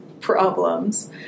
problems